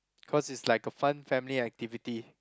cause it's like a fun family activity